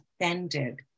offended